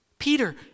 Peter